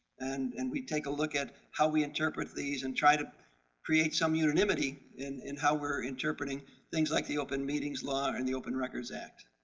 and and we take a look at how we interpret these and try to create some unanimity in in how we're interpreting things like the open meetings law and the open records act.